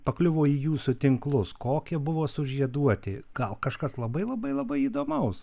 pakliuvo į jūsų tinklus kokie buvo sužieduoti gal kažkas labai labai labai įdomaus